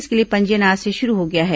इसके लिए पंजीयन आज से शुरू हो गया है